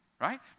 right